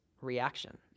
reaction